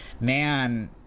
man